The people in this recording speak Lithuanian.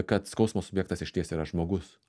kad skausmo subjektas išties yra žmogus